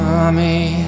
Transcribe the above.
Mommy